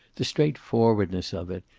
the straightforwardness of it,